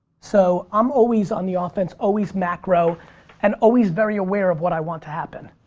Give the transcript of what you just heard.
so i'm always on the ah offense, always macro and always very aware of what i want to happen.